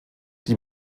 die